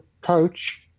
coach